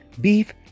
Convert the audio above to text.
beef